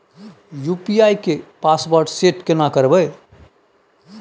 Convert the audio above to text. UPI के password set केना करबे?